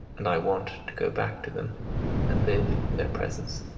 and i want to go back to them and live in their presence.